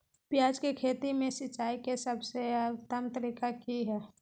प्याज के खेती में सिंचाई के सबसे उत्तम तरीका की है?